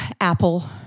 Apple